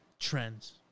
Trends